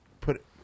Put